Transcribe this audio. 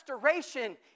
Restoration